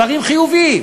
דברים חיוביים,